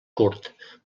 curt